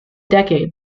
decade